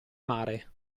mare